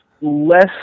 less